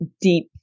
deep